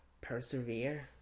persevere